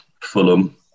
Fulham